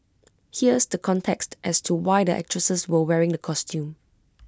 here's the context as to why the actresses were wearing the costumes